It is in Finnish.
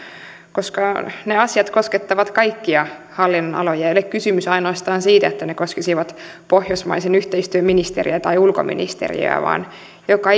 koska ne asiat koskettavat kaikkia hallinnonaloja ei ole kysymys ainoastaan siitä että ne koskisivat pohjoismaisen yhteistyön ministeriä tai ulkoministeriä vaan joka